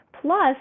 Plus